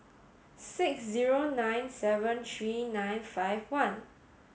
six zero nine seven three nine five one